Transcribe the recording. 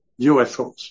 UFOs